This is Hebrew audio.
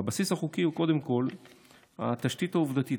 כלומר הבסיס החוקי הוא קודם כול התשתית העובדתית,